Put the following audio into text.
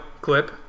clip